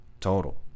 total